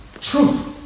truth